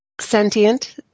sentient